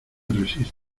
resistes